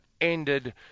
ended